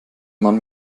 man